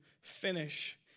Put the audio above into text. finish